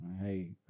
Hey